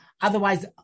otherwise